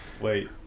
wait